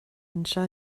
anseo